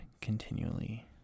continually